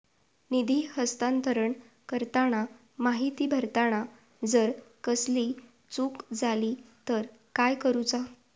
निधी हस्तांतरण करताना माहिती भरताना जर कसलीय चूक जाली तर काय करूचा?